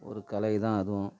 ஒரு கலை தான் அதுவும்